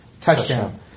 touchdown